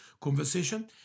conversation